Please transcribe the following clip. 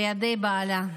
בידי בעלה.